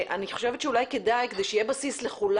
אני חושבת שאולי כדאי, שיהיה בסיס של